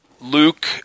Luke